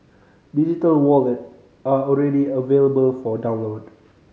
digital wallet are already available for download